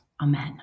Amen